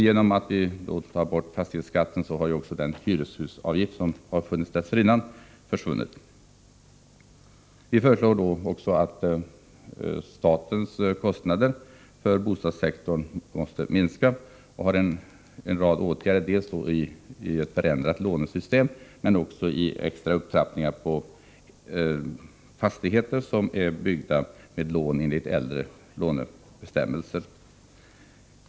Genom borttagandet av fastighetsskatten försvinner också den tidigare hyreshusavgiften. Vi föreslår att statens kostnader för bostadssektorn minskas genom en rad åtgärder, dels ett förändrat lånesystem, dels extra upptrappningar för fastigheter som är byggda med lån enligt äldre lånebestämmelser.